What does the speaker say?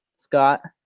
scott?